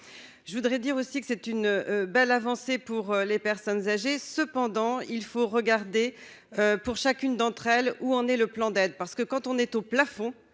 je voudrais dire aussi que c'est une belle avancée pour les personnes âgées, cependant il faut regarder pour chacune d'entre elles, où en est le plan d'aide parce que quand on est au plafond,